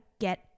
get